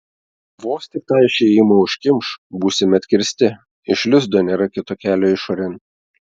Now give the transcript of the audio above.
vos tik tą išėjimą užkimš būsime atkirsti iš lizdo nėra kito kelio išorėn